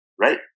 right